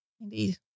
Indeed